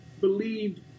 believed